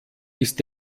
ist